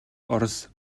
орос